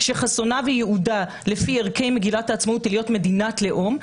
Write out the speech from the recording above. שחסונה וייעודה לפי ערכי מגילת העצמאות היא להיות מדינת לאום,